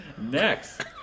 Next